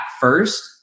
first